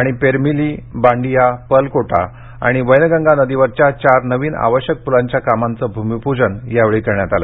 आणि पेरमिली बांडिया पर्लकोटा आणि वैनगंगा नदीवरच्या चार नवीन आवश्यक पुलांच्या कामाचं भूमिपूजन यावेळी करण्यात आलं